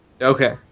Okay